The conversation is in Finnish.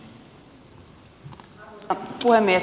arvoisa puhemies